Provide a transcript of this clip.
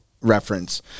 reference